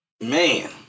Man